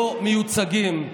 לא מיוצגים.